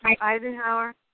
Eisenhower